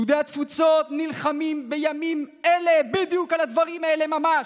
יהודי התפוצות נלחמים בימים אלה בדיוק על הדברים האלה ממש.